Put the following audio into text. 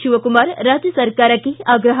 ಶಿವಕುಮಾರ್ ರಾಜ್ಯ ಸರ್ಕಾರಕ್ಕೆ ಆಗ್ರಹ